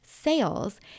Sales